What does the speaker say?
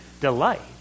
delight